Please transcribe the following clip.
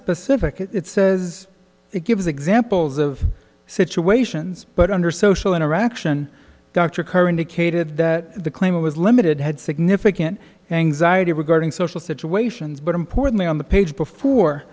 specific it says it gives examples of situations but under social interaction dr kerryn decatur that the claim was limited had significant anxiety regarding social situations but importantly on the page before